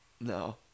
No